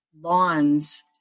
lawns